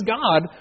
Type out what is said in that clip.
God